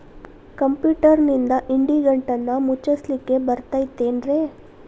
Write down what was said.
ಕಂಪ್ಯೂಟರ್ನಿಂದ್ ಇಡಿಗಂಟನ್ನ ಮುಚ್ಚಸ್ಲಿಕ್ಕೆ ಬರತೈತೇನ್ರೇ?